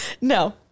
No